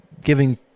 giving